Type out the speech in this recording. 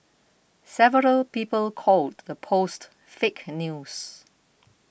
several people called the post fake news